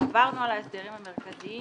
עברנו על ההסדרים המרכזיים,